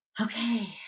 okay